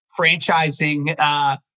franchising